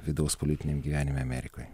vidaus politiniam gyvenime amerikoj